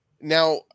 Now